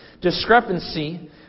discrepancy